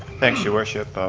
thanks, your worship,